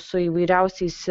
su įvairiausiais